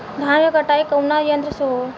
धान क कटाई कउना यंत्र से हो?